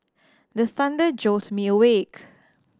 the thunder jolt me awake